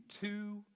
two